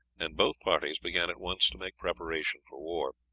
and both parties began at once to make preparation for war.